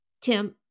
Tim